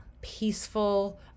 peaceful